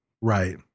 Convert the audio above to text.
Right